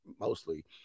mostly